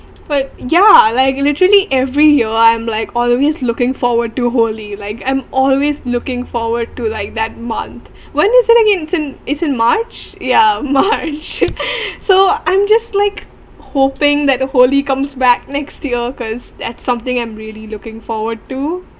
but ya like literally every year I'm like always looking forward to holy like I'm always looking forward to like that month when is it again is it's in march ya march so I'm just like hoping that the holy comes back next year cause that's something I'm really looking forward to